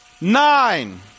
Nine